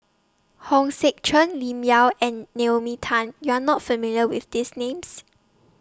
Hong Sek Chern Lim Yau and Naomi Tan YOU Are not familiar with These Names